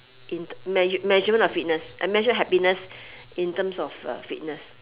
in measure measurement of fitness I measure happiness in terms of uh fitness